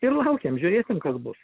ir laukiam žiūrėsim kas bus